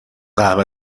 قهوه